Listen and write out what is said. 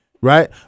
right